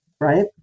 right